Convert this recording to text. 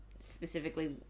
Specifically